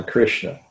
Krishna